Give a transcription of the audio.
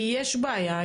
כי יש בעיה.